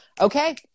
okay